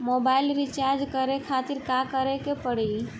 Mobile recharge करे खातिर का करे के पड़ी?